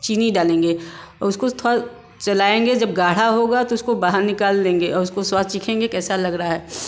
चीनी डालेंगे और उसको थोड़ा चलाएँगे जब गाढ़ा होगा तो उसको बाहर निकाल देंगे और उसको स्वाद चखेंगे कैसा लग रहा है